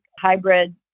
hybrid